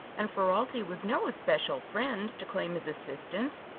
and ferralti was no especial friend, to claim his assistance.